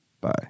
Bye